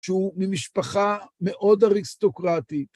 שהוא ממשפחה מאוד אריסטוקרטית.